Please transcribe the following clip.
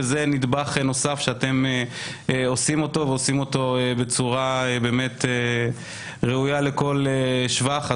וזה נדבך נוסף שאתם עושים ועושים בצורה ראויה לכל שבח.